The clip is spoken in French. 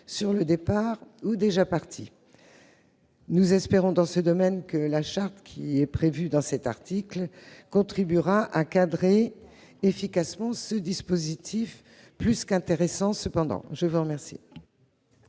sur le départ ou déjà partis. Nous espérons, dans ce domaine, que la charte prévue dans cet article contribuera à cadrer efficacement ce dispositif plus qu'intéressant. La parole est à M.